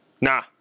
nah